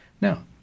Now